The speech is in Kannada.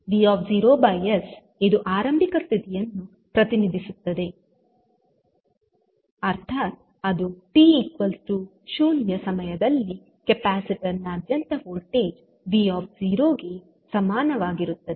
v⁄s ಇದು ಆರಂಭಿಕ ಸ್ಥಿತಿಯನ್ನು ಪ್ರತಿನಿಧಿಸುತ್ತದೆ ಅರ್ಥಾತ್ ಅದು ಟಿ0 t0 ಸಮಯದಲ್ಲಿ ಕೆಪಾಸಿಟರ್ನಾ ದ್ಯಂತ ವೋಲ್ಟೇಜ್ v ಗೆ ಸಮಾನವಾಗಿರುತ್ತದೆ